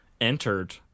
entered